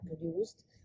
produced